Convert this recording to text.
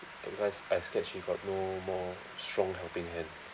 because I scared she got no more strong helping hand